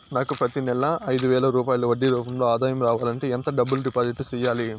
నాకు ప్రతి నెల ఐదు వేల రూపాయలు వడ్డీ రూపం లో ఆదాయం రావాలంటే ఎంత డబ్బులు డిపాజిట్లు సెయ్యాలి?